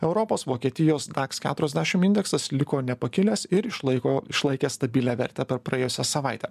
europos vokietijos daks keturiasdešim indeksas liko nepakilęs ir išlaiko išlaikė stabilią vertę per praėjusią savaitę